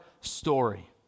story